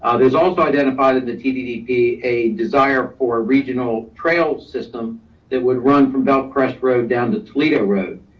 ah there's also identified at the tddp a desire for a regional trail system that would run from bellcrest road down to toledo road.